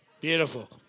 Beautiful